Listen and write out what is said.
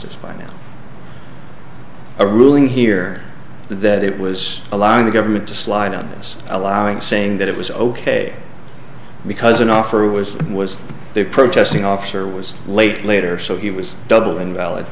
times a ruling here that it was allowing the government to slide on this allowing saying that it was ok because an offer was was there protesting officer was late later so he was double invalid